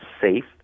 safe